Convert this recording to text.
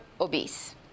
obese